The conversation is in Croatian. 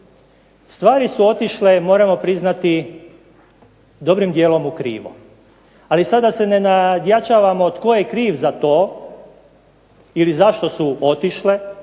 Stvari su otišle, moramo priznati, dobrim dijelom u krivo. Ali sada se ne nadjačavamo tko je kriv za to ili zašto su otišle.